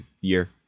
year